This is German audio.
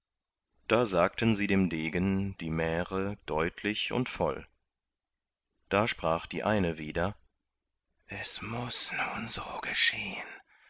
da sagten sie dem degen die märe deutlich und voll da sprach die eine wieder es muß nun so geschehn